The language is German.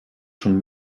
schon